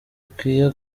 ukwiye